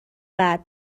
بعد